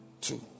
two